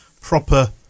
proper